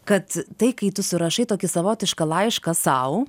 kad tai kai tu surašai tokį savotišką laišką sau